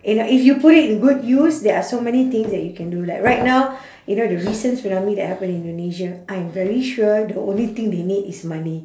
you know if you put it in good use there are so many things that you can do like right now you know the recent tsunami that happen in indonesia I am very sure the only thing they need is money